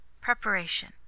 Preparation